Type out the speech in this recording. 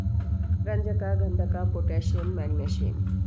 ರಂಜಕ ಗಂಧಕ potassium magnesium